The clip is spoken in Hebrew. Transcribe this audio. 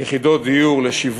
יחידות דיור לשיווק,